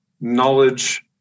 knowledge